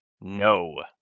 no